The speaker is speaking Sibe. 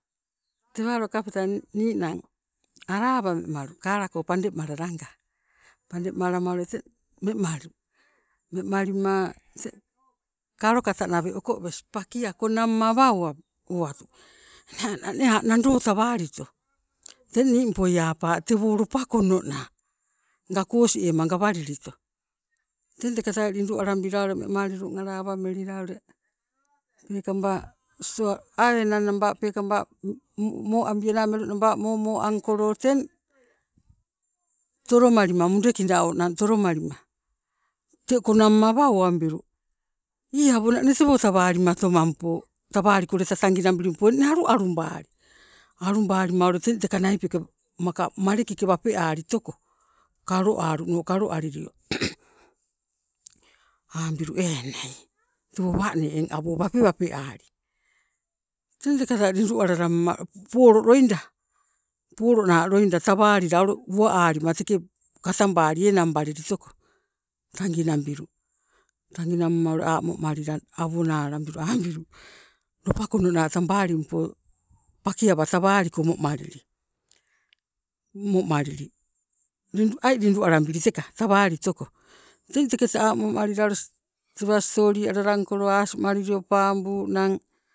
Tewalo kapta ninang arawa wemalu karako pande malala anga, pande malama ule tee wemalu, wemalima te kalokata nawe okowes pakia konamma awa owatu nee ana nee a' nando tawalito, teng nimpoi apa tewo lopakono naa nga kos ema gawalilito. Teng teketai lindu alabila ule memalilung arawa melila ule peekaba stoa ah enang naba peekaba moalambiana melunaba moalangkolo teng tolomalima mudekina, mudekina onang tolomalima te konamma ule awa owambilu erh awonane tewo tawalimatomampo tawaliko leta taginabilimpo eng nalo alubali. Alubalima ule teng teka naipe ke maka malekei wapealitoko kaloaluno kaloalilio, apambilu enai tewo wang awo eng wapewape ali, teng teketai lindu alalamma polo loida, polona loida tawalila ule uwa alima teke katabali enang balili toko tangi nabilu. Taginamma ule a' momalila awa nawalambilu apambilu lopakono naa tabalimpo pakiawa tawaliko momalili, momalili lidu ai lindu alabili teka tawalitoko. Teng teketa a' momalila tewa stoli alalangkolo asimalilio paabunang,